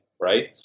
Right